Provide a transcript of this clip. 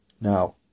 Now